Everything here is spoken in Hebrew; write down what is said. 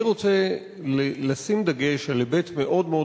אני רוצה לשים דגש על היבט מאוד מאוד